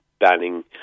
banning